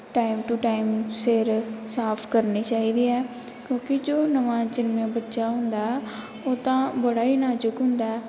time to time ਸਿਰ ਸਾਫ਼ ਕਰਨੀ ਚਾਹੀਦੀ ਆ ਕਿਉਂਕਿ ਜੋ ਨਵਾਂ ਜੰਮਿਆ ਬੱਚਾ ਹੁੰਦਾ ਉਹ ਤਾਂ ਬੜਾ ਹੀ ਨਾਜ਼ੁਕ ਹੁੰਦਾ